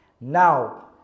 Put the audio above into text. Now